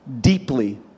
deeply